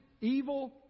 Evil